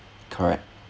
correct